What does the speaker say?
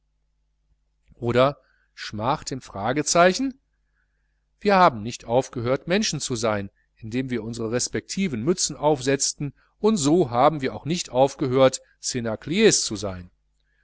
oder schmach dem fragezeichen wir haben nicht aufgehört menschen zu sein indem wir unsre respektiven mützen aufsetzten und so haben wir auch nicht aufgehört cnacliers zu sein